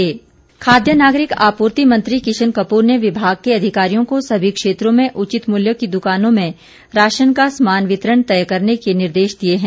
किशन कपर खाद्य नागरिक आपूर्ति मंत्री किशन कपूर ने विभाग के अधिकारियों को सभी क्षेत्रों में उचित मूल्य की दुकानों में राशन का समान वितरण तय करने के निर्देश दिए हैं